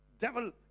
devil